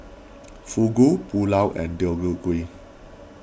Fugu Pulao and Deodeok Gui